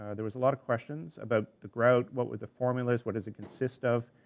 ah there was a lot of questions about the grout. what were the formulas, what does it consist of?